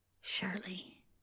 Surely